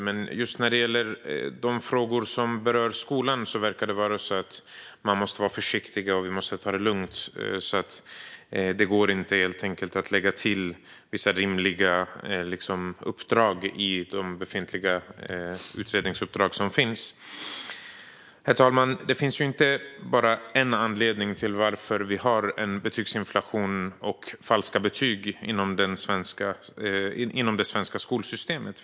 Men just när det gäller frågor som rör skolan verkar det vara så att man måste vara försiktig och ta det lugnt, så därför går det helt enkelt inte att lägga till vissa rimliga uppdrag i de befintliga utredningsuppdragen. Herr talman! Det finns inte bara en anledning till att vi har betygsinflation och falska betyg inom det svenska skolsystemet.